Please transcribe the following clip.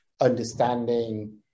understanding